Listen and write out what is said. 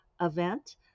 event